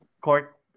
court